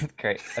great